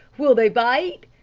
will they bite?